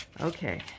okay